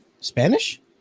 Spanish